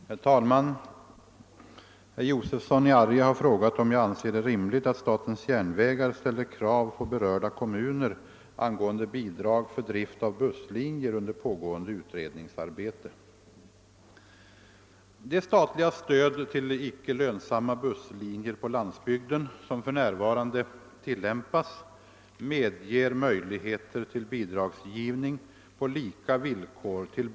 Herr talman! Herr Josefson i Arrie har frågat om jag anser det rimligt att statens järnvägar ställer krav på berörda kommuner angående bidrag för drift av busslinjer under pågående utredningsarbete. Det statliga stöd till icke lönsamma busslinjer på landsbygden som för närvarande tillämpas medger möjligheter till bidragsgivning på lika villkor til!